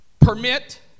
permit